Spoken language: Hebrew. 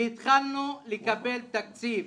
והתחלנו לקבל תקציב